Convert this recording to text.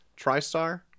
tristar